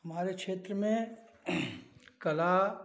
हमारे क्षेत्र में कला